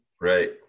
right